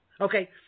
Okay